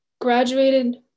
graduated